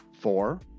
four